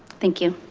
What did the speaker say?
thank you.